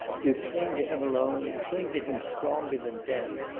you cling to him alone cling to him stronger than death.